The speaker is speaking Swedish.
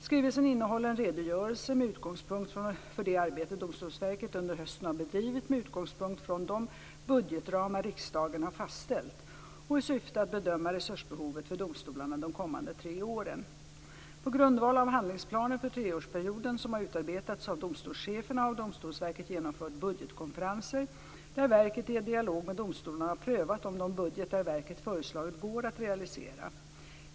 Skrivelsen innehåller en redogörelse med utgångspunkt för det arbete Domstolsverket under hösten har bedrivit med utgångspunkt från de budgetramar riksdagen har fastställt och i syfte att bedöma resursbehovet för domstolarna de kommande tre åren. På grundval av handlingsplaner för treårsperioden som har utarbetats av domstolscheferna har Domstolsverket genomfört budgetkonferenser där verket i dialog med domstolarna har prövat om de budgetar verket föreslagit går att realisera.